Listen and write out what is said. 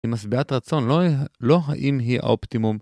היא משביעת רצון, לא היא, לא האם היא אופטימום